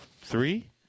Three